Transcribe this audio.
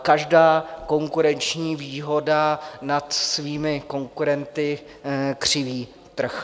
Každá konkurenční výhoda nad svými konkurenty křiví trh.